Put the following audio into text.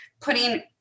putting